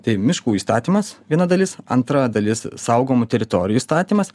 tai miškų įstatymas viena dalis antra dalis saugomų teritorijų įstatymas